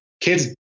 kids